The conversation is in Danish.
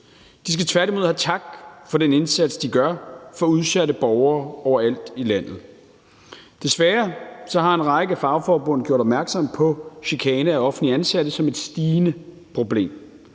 De skal tværtimod have tak for den indsats, de gør for udsatte borgere overalt i landet. Desværre har en række fagforbund gjort opmærksom på chikane af offentligt ansatte som et stigende problem,